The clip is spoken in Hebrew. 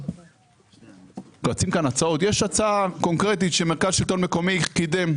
יש הצעה קונקרטית שמרכז שלטון מקומי קידם,